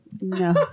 No